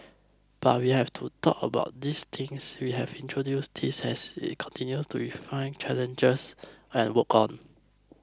but we have to thought about these things we have introduced these has it continue to refine challenges and worked on